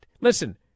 Listen